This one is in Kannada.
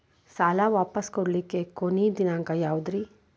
ಸಾಲಾ ವಾಪಸ್ ಮಾಡ್ಲಿಕ್ಕೆ ಕೊನಿ ದಿನಾಂಕ ಯಾವುದ್ರಿ?